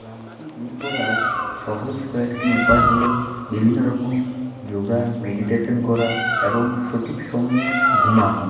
ক্লান্তি দূর করার সহজ কয়েকটি উপায় হল বিভিন্ন রকম যোগ মেডিটেশন করা এবং সঠিক সময়ে ঘুমানো